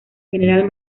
general